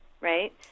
Right